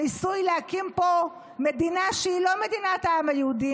הניסוי להקים פה מדינה שהיא לא מדינת העם היהודי,